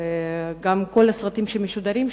וגם כל הסרטים שמשודרים שם,